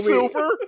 Silver